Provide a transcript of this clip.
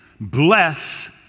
bless